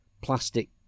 plastic